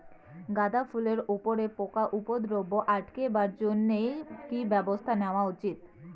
গাঁদা ফুলের উপরে পোকার উপদ্রব আটকেবার জইন্যে কি ব্যবস্থা নেওয়া উচিৎ?